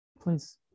Please